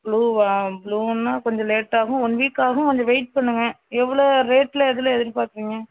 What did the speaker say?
ப்ளூவா ப்ளூன்னா கொஞ்சம் லேட்டாகும் ஒன் வீக் ஆகும் கொஞ்சம் வெயிட் பண்ணுங்க எவ்வளோ ரேட்டில எதில் எதிர் பார்க்குறீங்க